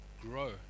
grow